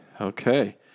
Okay